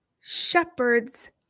shepherds